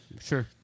sure